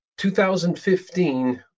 2015